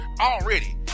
already